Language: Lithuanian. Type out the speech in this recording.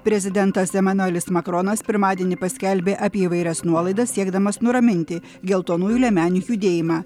prezidentas emanuelis makronas pirmadienį paskelbė apie įvairias nuolaidas siekdamas nuraminti geltonųjų liemenių judėjimą